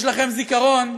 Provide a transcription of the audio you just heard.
יש לכם זיכרון.